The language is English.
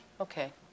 Okay